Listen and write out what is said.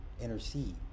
intercede